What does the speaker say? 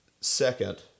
second